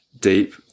deep